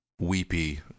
weepy